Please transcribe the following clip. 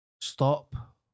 Stop